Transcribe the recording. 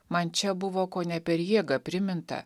man čia buvo kone per jėgą priminta